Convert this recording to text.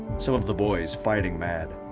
so of the boys fighting mad.